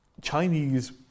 Chinese